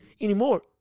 anymore